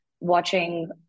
watching